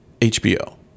HBO